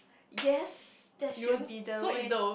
yes there should be the way